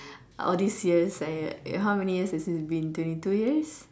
all these years I how many years have it been twenty two years